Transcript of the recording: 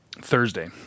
Thursday